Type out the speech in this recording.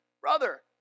brother